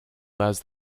less